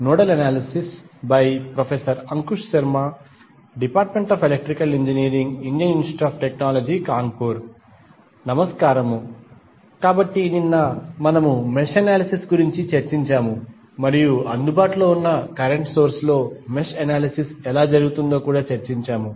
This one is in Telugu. నమస్కారము కాబట్టి నిన్న మనము మెష్ అనాలిసిస్ గురించి చర్చించాము మరియు అందుబాటులో ఉన్న కరెంట్ సోర్స్ లో మెష్ అనాలిసిస్ ఎలా జరుగుతుందో కూడా చర్చించాము